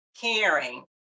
caring